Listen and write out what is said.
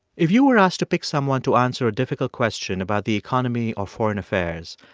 if you were asked to pick someone to answer a difficult question about the economy or foreign affairs,